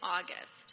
August